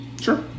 Sure